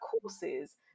courses